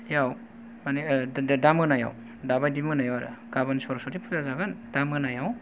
याव माने ओ दा मोनायाव दा बायदि मोनायाव आरो गाबोन सरसथि फुजा जागोन दा मोनायाव